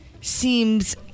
seems